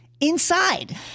inside